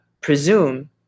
presume